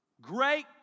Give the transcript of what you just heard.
great